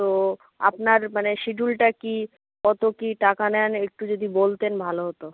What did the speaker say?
তো আপনার মানে শিডিউলটা কী কত কী টাকা নেন একটু যদি বলতেন ভালো হতো